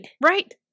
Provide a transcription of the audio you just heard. Right